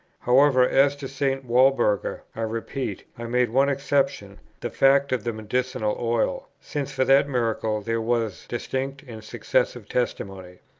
however, as to st. walburga, i repeat, i made one exception, the fact of the medicinal oil, since for that miracle there was distinct and successive testimony.